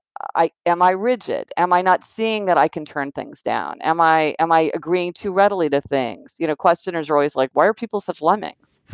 am i rigid? am i not seeing that i can turn things down? am i am i agreeing too readily to things? you know questioners are always like, why are people such lemmings?